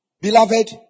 beloved